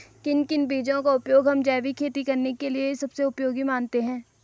किन किन बीजों का उपयोग हम जैविक खेती करने के लिए सबसे उपयोगी मानते हैं?